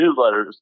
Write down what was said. newsletters